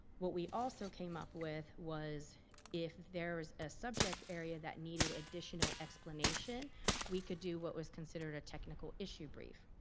what we also came up with was if there's a subject area that needed additional explanation we could do what was considered a technical issue brief.